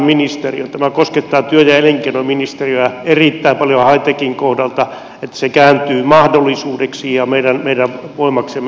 tämä koskettaa työ ja elinkeinoministeriötä erittäin paljon high techin kohdalta että se kääntyy mahdollisuudeksi ja meidän voimaksemme